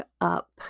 up